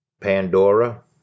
Pandora